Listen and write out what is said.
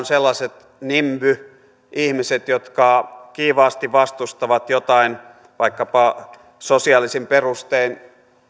sellaiset nimby ihmiset jotka kiivaasti vastustavat jotain vaikkapa sosiaalisin perustein